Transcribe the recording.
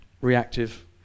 reactive